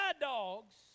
dogs